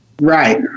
Right